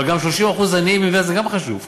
אבל 30% עניים במדינת ישראל, זה גם חשוב.